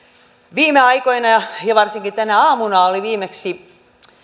viime aikoina on ollut tänä aamuna oli viimeksi